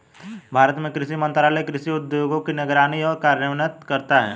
भारत में कृषि मंत्रालय कृषि उद्योगों की निगरानी एवं कार्यान्वयन करता है